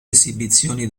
esibizioni